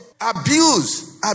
abuse